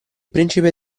principe